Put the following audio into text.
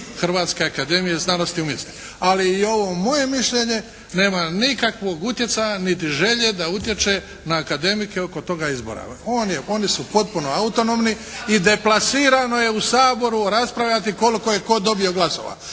Hrvatske akademije znanosti i umjetnosti. Ali i ovo moje mišljenje nema nikakvog utjecaja niti želje da utječe na akademike oko toga izbora. Oni su potpuno autonomni i deplasirano je u Saboru raspravljati koliko je tko dobio glasova.